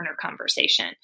conversation